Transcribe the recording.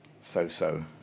so-so